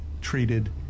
treated